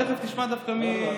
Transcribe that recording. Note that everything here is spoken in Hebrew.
תכף תשמע דווקא מי,